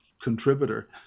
contributor